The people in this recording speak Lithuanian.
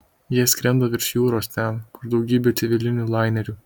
jie skrenda virš jūros ten kur daugybė civilinių lainerių